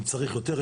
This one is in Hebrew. אם צריך יותר,